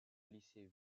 lycée